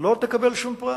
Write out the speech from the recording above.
לא תקבל שום פרס.